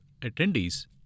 attendees